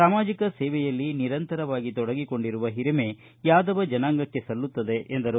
ಸಾಮಾಜಿಕ ಸೇವೆಯಲ್ಲಿ ನಿರಂತರವಾಗಿ ತೊಡಗಿಕೊಂಡಿರುವ ಹಿರಿಮೆ ಯಾದವ ಜನಾಂಗಕ್ಕೆ ಸಲ್ಲುತ್ತದೆ ಎಂದರು